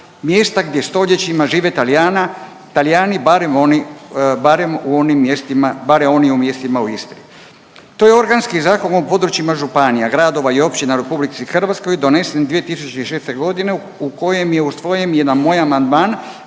oni, barem u onim mjestima, barem oni u mjestima u Istri. To je organski zakon o područjima županija, gradova i općina u RH donesen 2006. g. u kojem je usvojen jedan moj amandman